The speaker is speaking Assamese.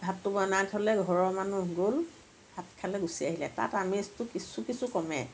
তাত ভাতটো বনাই থ'লে ঘৰৰ মানুহ গ'ল ভাত খালে গুচি আহিলে তাত আমেজটো কিছু কিছু কমে